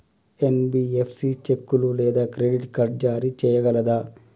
NBFC చెక్కులు లేదా credit card జారీ చేయగలదా?